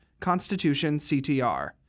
constitutionctr